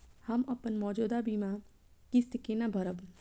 हम अपन मौजूद बीमा किस्त केना भरब?